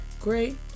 great